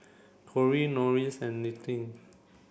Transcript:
Corie Norris and Linette